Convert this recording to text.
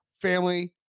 family